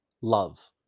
Love